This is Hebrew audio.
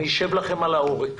אני אשב לכם על העורק.